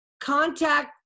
contact